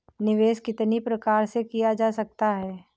निवेश कितनी प्रकार से किया जा सकता है?